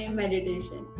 meditation